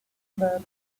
were